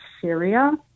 Syria